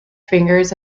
fingers